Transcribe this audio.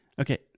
okay